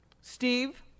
Steve